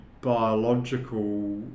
biological